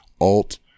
alt